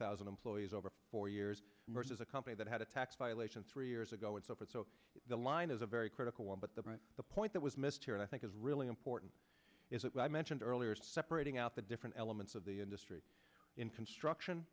thousand employees over four years versus a company that had a tax violation three years ago and so forth so the line is a very critical one but the point that was missed here and i think is really important is that when i mentioned earlier separating out the different elements of the industry in construction